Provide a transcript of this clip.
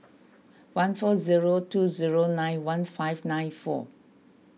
one four zero two zero nine one five nine four